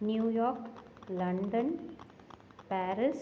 New York London Paris